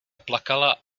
plakala